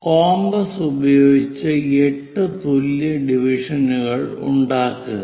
compass ഉപയോഗിച്ച് 8 തുല്യ ഡിവിഷനുകൾ ഉണ്ടാക്കുക